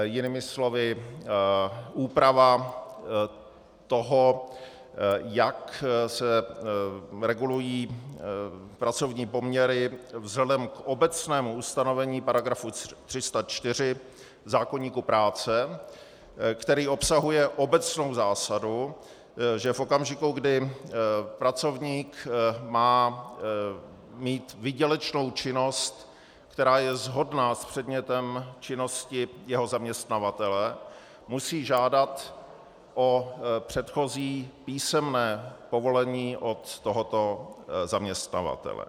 Jinými slovy úprava toho, jak se regulují pracovní poměry vzhledem k obecnému ustanovení § 304 zákoníku práce, který obsahuje obecnou zásadu, že v okamžiku, kdy pracovník má mít výdělečnou činnost, která je shodná s předmětem činnosti jeho zaměstnavatele, musí žádat o předchozí písemné povolení od tohoto zaměstnavatele.